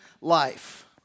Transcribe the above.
life